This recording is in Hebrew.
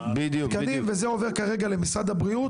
וזה עובר כרגע למשרד הבריאות.